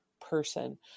person